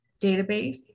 database